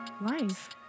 Life